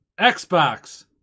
Xbox